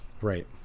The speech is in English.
Right